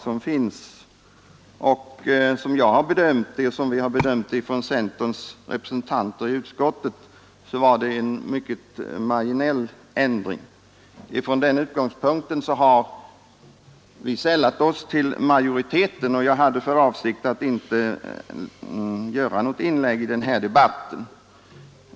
Som centerns representanter i utskottet har bedömt detta är det fråga om en mycket marginell ändring, och med den bedömningen har vi sällat oss till majoriteten. Jag hade inte för avsikt att göra något inlägg i den här debatten.